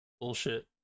bullshit